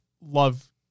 love